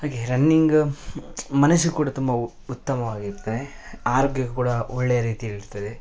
ಹಾಗೆ ರನ್ನಿಂಗ್ ಮನಸ್ಸಿಗೆ ಕೂಡ ತುಂಬ ಉತ್ತಮವಾಗಿರ್ತದೆ ಆರೋಗ್ಯಕ್ಕು ಕೂಡ ಒಳ್ಳೆಯ ರೀತಿಲಿ ಇರ್ತದೆ